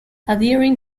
adhering